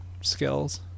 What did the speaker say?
skills